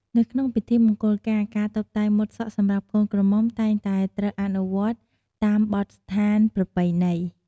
នៅក្នុងពិធីមង្គលការកាតុបតែងម៉ូតសក់សម្រាប់កូនក្រមុំតែងតែត្រូវអនុវត្តតាមបទដ្ឋានប្រពៃណី។